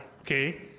Okay